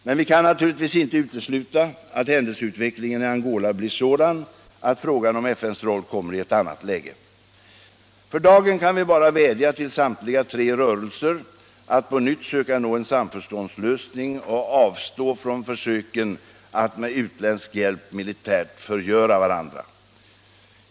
Men vi kan naturligtvis inte utesluta att händelseutvecklingen i Angola blir sådan att frågan om FN:s roll kommer i ett annat läge. För dagen kan vi bara vädja till samtliga tre rörelser att på nytt söka nå en samförståndslösning och avstå från försöken att med utländsk hjälp militärt förgöra varandra.